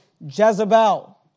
Jezebel